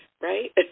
right